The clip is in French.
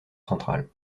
central